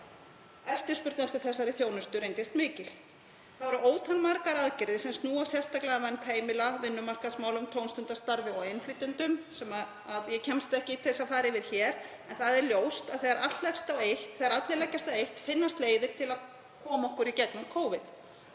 Eftirspurn eftir þessari þjónustu reyndist mikil. Þá voru ótal margar aðgerðir sem snúa sérstaklega að vernd heimila, vinnumarkaðsmálum, tómstundastarfi og innflytjendum sem ég kemst ekki til að fara yfir, en það er ljóst að þegar allir leggjast á eitt finnast leiðir til að koma okkur í gegnum Covid.